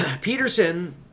Peterson